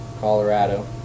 Colorado